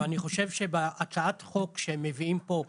אני חושב בהצעת החוק שמביאים פה,